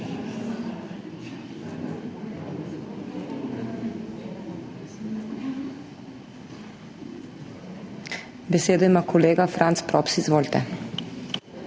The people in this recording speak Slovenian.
Besedo ima kolega Franc Props, izvolite.